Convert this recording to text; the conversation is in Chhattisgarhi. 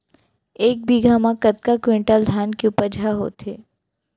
एक बीघा म कतका क्विंटल धान के उपज ह होथे?